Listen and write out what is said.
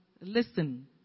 listen